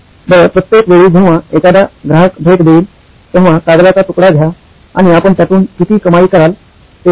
बरं प्रत्येक वेळी जेव्हा एखादा ग्राहक भेट देईल तेव्हा कागदाचा तुकडा घ्या आणि आपण त्यातून किती कमाई कराल ते पहा